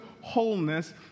wholeness